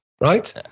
right